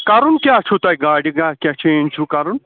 کَرُن کیٛاہ چھُو تۄہہِ گاڑِ گاڑِ کیٛاہ چینٛج چھُو کَرُن